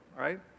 right